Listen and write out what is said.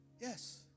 Yes